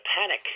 panic